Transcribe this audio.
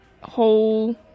whole